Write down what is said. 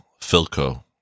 Filco